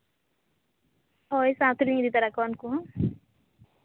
ᱦᱳᱭ ᱥᱟᱶ ᱛᱮᱞᱤᱧ ᱤᱫᱤ ᱛᱟᱨᱟ ᱠᱚᱣᱟ ᱩᱱᱠᱩ ᱦᱚᱸ